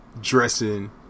dressing